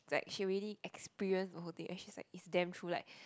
like she already experience the whole thing and she's like it's damn true like